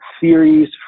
theories